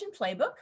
Playbook